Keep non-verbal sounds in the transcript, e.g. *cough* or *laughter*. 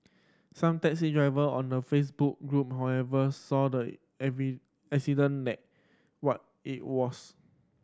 some taxi driver on the Facebook group however saw the *unintelligible* accident *unintelligible* what it was